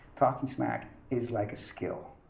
talking smack is like a skill,